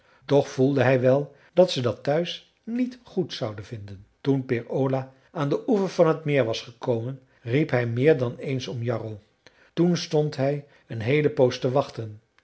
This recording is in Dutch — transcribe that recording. toch voelde hij wel dat ze dat thuis niet goed zouden vinden toen peer ola aan den oever van t meer was gekomen riep hij meer dan eens om jarro toen stond hij een heele poos te wachten